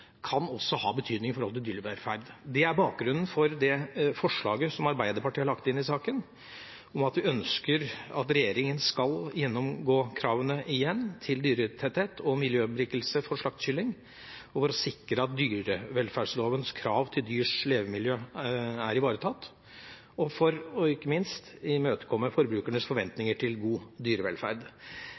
kan få, kan også ha betydning for dyrevelferden. Det er bakgrunnen for det forslaget som Arbeiderpartiet har lagt inn i saken, om at vi ønsker at regjeringa skal gjennomgå kravene igjen til dyretetthet og miljøberikelse for slaktekylling for å sikre at dyrevelferdslovens krav til dyrs levemiljø er ivaretatt og ikke minst for å imøtekomme forbrukernes forventninger til god dyrevelferd.